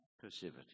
passivity